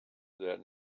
that